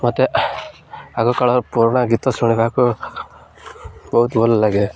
ମୋତେ ଆଗକାଳ ପୁରୁଣା ଗୀତ ଶୁଣିବାକୁ ବହୁତ ଭଲ ଲାଗେ